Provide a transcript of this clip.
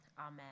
amen